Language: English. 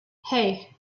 hey